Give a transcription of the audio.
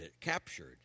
captured